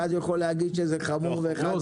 אחד יכול להגיד שזה חמור ואחד יכול להגיד אחרת.